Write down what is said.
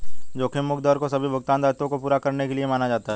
जोखिम मुक्त दर को सभी भुगतान दायित्वों को पूरा करने के लिए माना जाता है